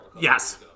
yes